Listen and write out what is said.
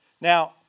Now